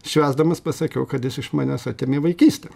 švęsdamas pasakiau kad jis iš manęs atėmė vaikystę